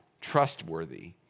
trustworthy